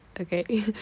okay